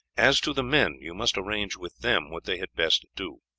as to the men, you must arrange with them what they had best do.